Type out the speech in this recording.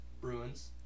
Bruins